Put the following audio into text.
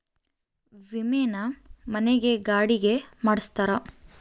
ವಿಮೆನ ಮನೆ ಗೆ ಗಾಡಿ ಗೆ ಮಾಡ್ಸ್ತಾರ